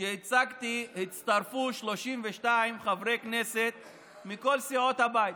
שהצגתי הצטרפו 32 חברי כנסת מכל סיעות הבית,